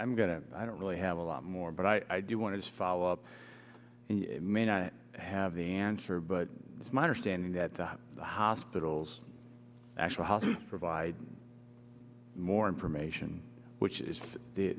i'm going to i don't really have a lot more but i do want to follow up may not have the answer but it's my understanding that the hospitals actually provide more information which is the